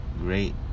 great